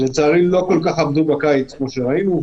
ולצערי לא כל כך עמדו בזה בקיץ, כמו שראינו.